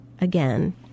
again